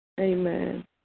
Amen